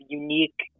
unique